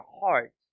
heart